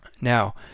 Now